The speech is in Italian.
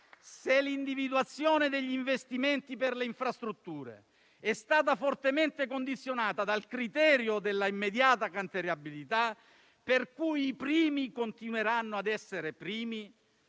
se l'individuazione degli investimenti per le infrastrutture è stata fortemente condizionata dal criterio dell'immediata cantierabilità, per cui i primi continueranno a essere primi,